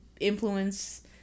influence